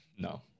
No